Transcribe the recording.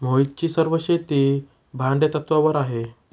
मोहितची सर्व शेती भाडेतत्वावर आहे